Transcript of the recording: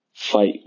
fight